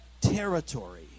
territory